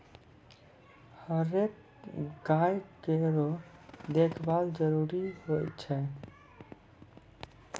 हरेक गाय केरो देखभाल जरूरी होय छै